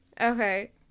okay